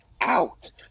out